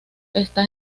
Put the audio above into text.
está